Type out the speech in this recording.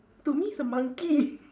to me it's a monkey